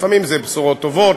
לפעמים זה בשורות טובות,